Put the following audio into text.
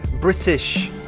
british